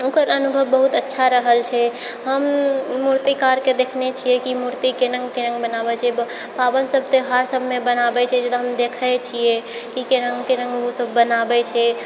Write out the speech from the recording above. ओकर अनुभव बहुत अच्छा रहल छै हम मूर्तिकारके देखने छियै कि मूर्ति केना केनाके बनाबै छै पावनि सब त्यौहार सबमे बनाबै छै जकरा हम देखै छियै कि केनाहुँ केनाहुँ ओ सब बनाबै छै